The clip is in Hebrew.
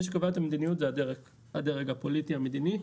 מי שקובע את המדיניות זה הדרג הפוליטי מדיני,